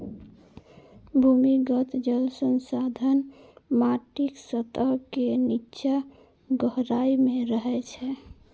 भूमिगत जल संसाधन माटिक सतह के निच्चा गहराइ मे रहै छै